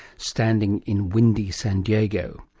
standing in windy san diego.